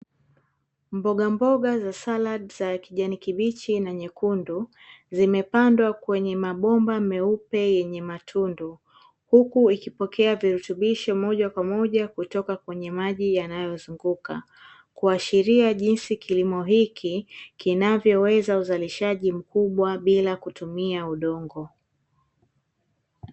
Mboga mboga za salad za kijani kibichi na nyekundu, zimepandwa kwenye mabomba meupe yenye matundu, huku ikipokea virutubisho moja kwa moja kutoka kwenye maji yanayozunguka, kuashiria jinsi kilimo hiki kinavyoweza uzalishaji mkubwa bila kutumia udongo.